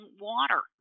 water